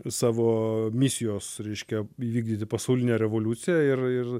savo misijos reiškia įvykdyti pasaulinę revoliuciją ir ir